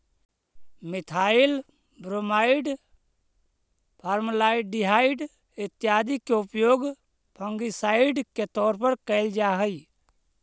methyl bromide, formaldehyde इत्यादि के उपयोग फंगिसाइड के तौर पर कैल जा हई